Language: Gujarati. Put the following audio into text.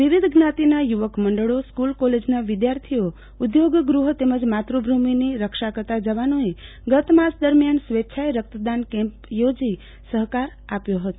વિવિધ જ્ઞાતિના યુવકમંડળોસ્કુલ કોલેજના વિધાર્થીઓઉદ્યોગગૃહો તેમજ માતૃભૂમિ ની રક્ષા કરતા જવાનો એ ગત માસ દરમિયાન સ્વેચ્છા એ રક્ત દાન કેમ્પ યોજી સફકાર આપ્યો ફતો